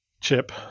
chip